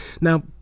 Now